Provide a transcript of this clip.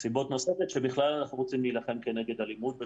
סיבה נוספת היא שבכלל אנחנו רוצים להילחם כנגד אלימות.